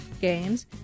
games